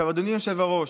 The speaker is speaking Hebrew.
אדוני היושב-ראש,